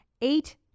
eight